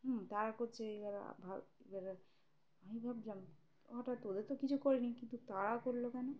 হুম তারা করছে এবার ভাব এবারে আমি ভাবলাম হঠাৎ ওদের তো কিছু করিনি কিন্তু তারা করলো কেন